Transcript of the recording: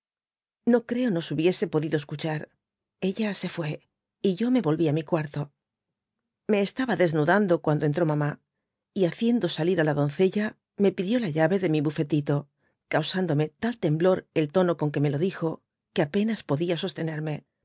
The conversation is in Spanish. no creo nos hubiese podido escuchar ella se fué y yo me volví á mi cuartot me estaba desnudando cuando entró mamá y haciendo salir la doncella me pidió la uave de mi buíetito causándome tal temblor el tono con que me lo dijo que apónas podia sostener